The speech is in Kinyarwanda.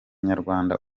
nyarwanda